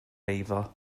eiddo